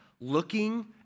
looking